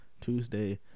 Tuesday